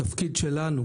התפקיד שלנו,